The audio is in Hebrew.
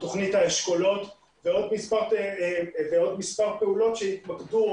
תוכנית האשכולות ועוד מספר פעולות שהתמקדו